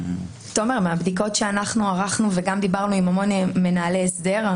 מהבדיקות שאנחנו ערכנו וגם דיברנו הרבה מנהלי הסדר,